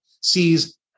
sees